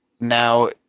Now